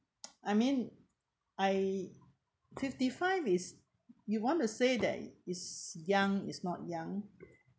I mean I fifty five is you want to say that is young is not young